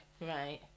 Right